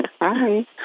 Hi